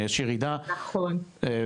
יש ירידה משמעותית,